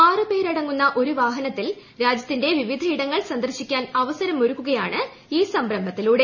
ആറു പേരടങ്ങുന്ന ഒരു വാഹനത്തിൽ രാജ്യത്തിന്റെ വിവിധയിടങ്ങൾ സന്ദർശിക്കാൻ അവസരമൊരുക്കുകയാണ് ഈ സംരംഭത്തിലൂടെ